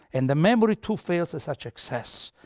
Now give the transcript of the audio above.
and the memory too fails to such excess.